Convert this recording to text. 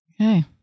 Okay